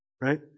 right